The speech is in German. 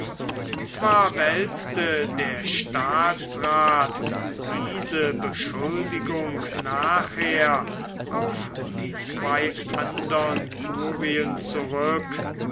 zwar wälzte der staatsrath diese beschuldigung nachher auf die zwei andern curien zurück